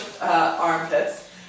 armpits